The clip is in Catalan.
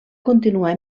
continuar